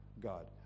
God